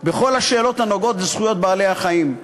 בכל השאלות הנוגעות בזכויות בעלי-החיים.